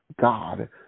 God